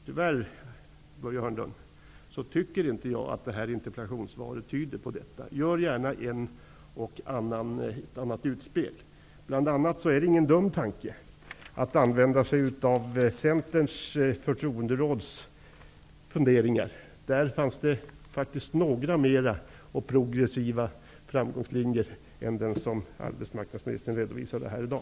Tyvärr, arbetsmarknadsministern, tyder inte interpellationssvaret på detta. Gör gärna ett och annat utspel. Det är ingen dum tanke att se på Centerns förtroenderåds funderingar. Där presenteras faktiskt några mera progressiva sätt än det som arbetsmarknadsministern redovisade här i dag.